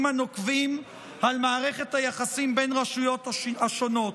הנוקבים על מערכת היחסים בין הרשויות השונות.